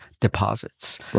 deposits